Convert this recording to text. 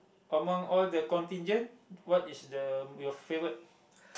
among all the contingent what is the your favourite